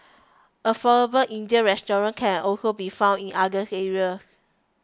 affordable Indian restaurants can also be found in other areas